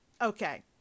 okay